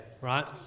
right